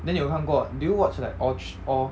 then 你有看过 do you watch like all thr~ all